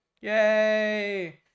Yay